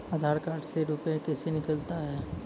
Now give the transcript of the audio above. आधार कार्ड से रुपये कैसे निकलता हैं?